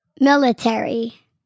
Military